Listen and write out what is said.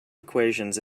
equations